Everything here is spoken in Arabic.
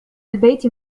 البيت